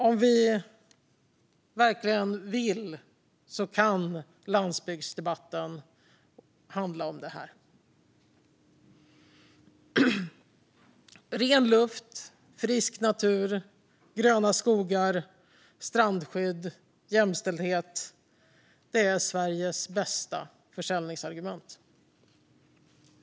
Om vi verkligen vill kan landsbygdsdebatten handla om det här. Ren luft, frisk natur, gröna skogar, strandskydd, jämställdhet - detta är Sveriges bästa försäljningsargument.